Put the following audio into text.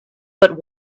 but